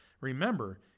Remember